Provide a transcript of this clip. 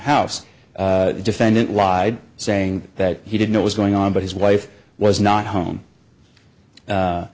house the defendant lied saying that he didn't know was going on but his wife was not home